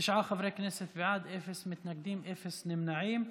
תשעה חברי כנסת בעד, אין מתנגדים, אין נמנעים.